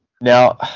Now